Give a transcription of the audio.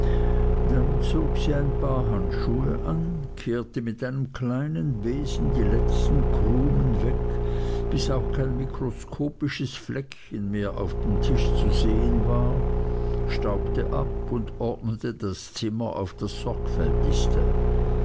dann zog sie ein paar handschuhe an kehrte mit einem kleinen besen die letzten krumen weg bis auch kein mikroskopisches fleckchen mehr auf dem tisch zu sehen war staubte ab und ordnete das zimmer auf das sorgfältigste